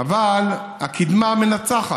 אבל הקדמה מנצחת.